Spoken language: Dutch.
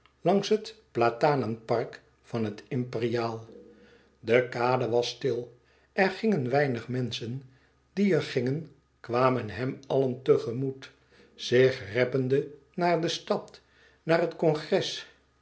langs het platanenpark van het imperiaal de kade was stil er gingen weinig menschen die er gingen kwamen hem allen tegemoet zich reppende naar de stad naar het congres